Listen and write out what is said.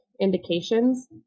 indications